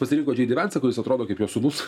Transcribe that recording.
pasirinko džei dy vensą kuris atrodo kaip jo sūnus